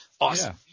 awesome